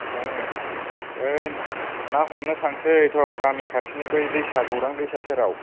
न'आवनो ओइ ना हमनो थांसै थ' गामि खाथिनि बै दैसा गौरां दैसा सेराव